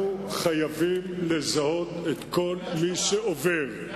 אנחנו חייבים לזהות את כל מי שעובר.